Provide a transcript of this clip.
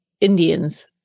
Indians